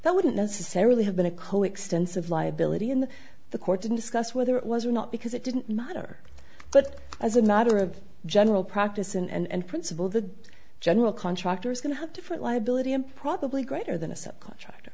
that wouldn't necessarily have been a coextensive liability in the court to discuss whether it was or not because it didn't matter but as a matter of general practice and principle the general contractor is going to have different liability and probably greater than a subcontractor